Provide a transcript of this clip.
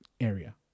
area